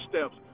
steps